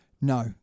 No